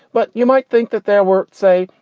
but you might think that there were, say,